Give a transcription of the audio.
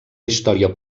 història